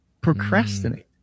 procrastinate